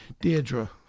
Deirdre